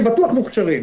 שהם בטוח מוכשרים.